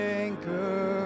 anchor